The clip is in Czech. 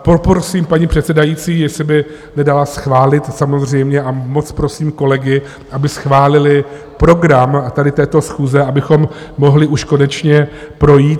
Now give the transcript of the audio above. Poprosím paní předsedající, jestli by to dala schválit, samozřejmě, a moc prosím kolegy, aby schválili program této schůze, abychom mohli už konečně projít.